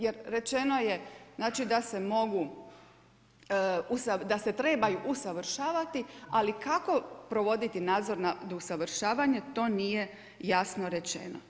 Jer rečeno je, znači da se mogu, da se trebaju usavršavati, ali kako provoditi nad usavršavanjem to nije jasno rečeno.